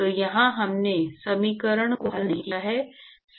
तो यह हमने समीकरण को हल नहीं किया है